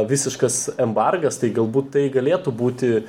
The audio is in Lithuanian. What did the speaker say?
visiškas embargas tai galbūt tai galėtų būti